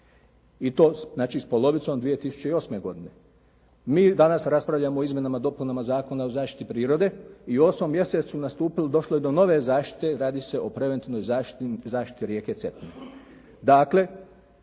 I to znači s polovicom 2008. godine. Mi danas raspravljamo o Izmjenama i dopunama Zakona o zaštiti prirode i u 8. mjesecu nastupili, došlo je do nove zaštite. Radi se o preventivnoj zaštiti rijeke Cetine. Dakle